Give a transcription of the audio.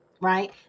right